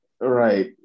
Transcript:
Right